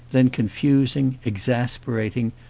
then confus ing, exasperating,